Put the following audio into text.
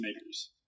makers